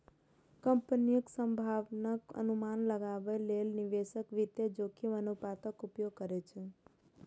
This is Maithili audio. कंपनीक संभावनाक अनुमान लगाबै लेल निवेशक वित्तीय जोखिम अनुपातक उपयोग करै छै